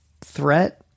threat